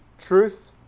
Truth